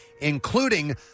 including